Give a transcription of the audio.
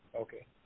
Okay